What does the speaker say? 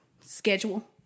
Schedule